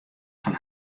fan